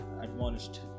admonished